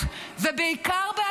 -- זה היה